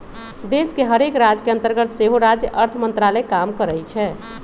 देश के हरेक राज के अंतर्गत सेहो राज्य अर्थ मंत्रालय काम करइ छै